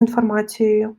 інформацією